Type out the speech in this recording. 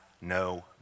no